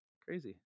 Crazy